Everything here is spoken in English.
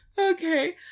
okay